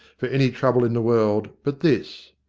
for any trouble in the world but this.